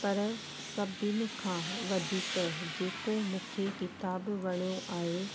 पर सभिनि खां वधीक जेको मूंखे किताब वणियो आहे